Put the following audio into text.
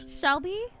Shelby